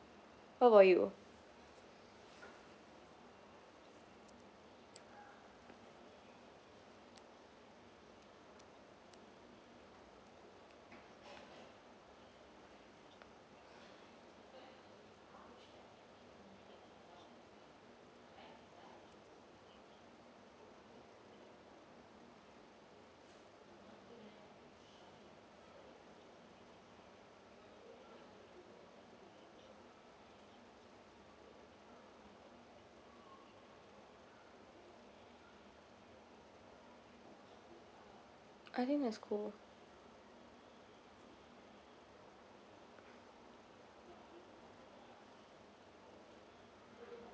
how about you I think that's cool